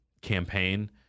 campaign